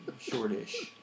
Shortish